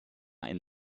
ein